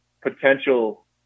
potential